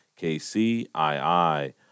KCII